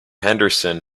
henderson